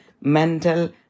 mental